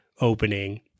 opening